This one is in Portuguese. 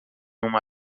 uma